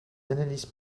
analyses